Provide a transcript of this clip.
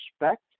respect